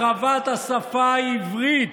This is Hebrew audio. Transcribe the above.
החרבת השפה העברית,